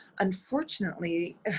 unfortunately